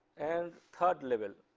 and third level,